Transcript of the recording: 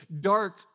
dark